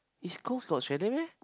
East-Coast got chalet meh